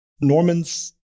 Norman's